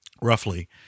roughly